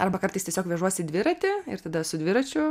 arba kartais tiesiog vežuosi dviratį ir tada su dviračiu